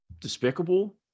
despicable